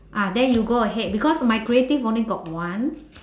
ah then you go ahead because my creative only got one